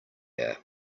air